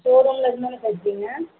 show ரூமிலேருந்து தானே பேசுகிறிங்க